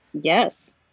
yes